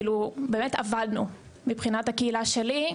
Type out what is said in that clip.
באמת אבדנו מבחינת הקהילה שלי,